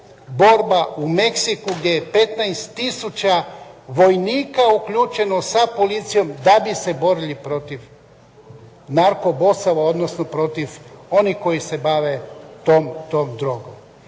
borba u Meksiku gdje je 15 tisuća vojnika uključeno sa policijom da bi se borili protiv narko bossova odnosno protiv onih koji se bave tom drogom.